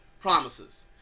promises